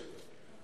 (ט),